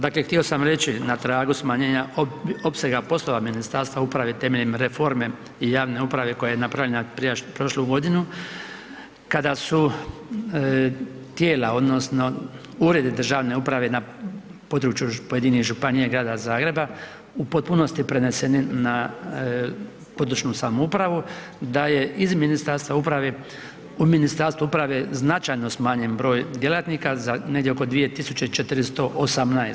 Dakle, htio sam reći na tragu smanjenja opsega poslova Ministarstva uprave temeljem reforme javne uprave koja je napravljena prošlu godinu, kada su tijela odnosno uredi državne uprave na području pojedinih županija i grada Zagreba, u potpunosti preneseni na područnu samoupravu, da je u Ministarstvu uprave značajno smanjen broj djelatnika za negdje oko 2418.